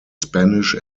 spanish